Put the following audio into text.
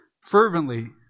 Fervently